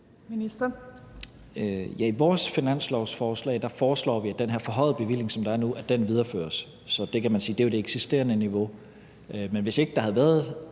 I vores finanslovsforslag foreslår vi, at den her forhøjede bevilling, der er nu, videreføres, så det kan man jo sige er på det eksisterende niveau. Men hvis ikke der havde været